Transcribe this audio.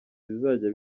bizajya